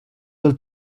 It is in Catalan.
del